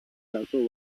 caso